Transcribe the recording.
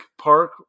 Park